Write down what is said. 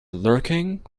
lurking